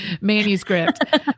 manuscript